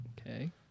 Okay